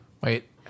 Wait